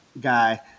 guy